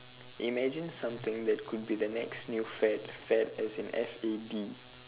imagine something could be the next new fad fad as in F A D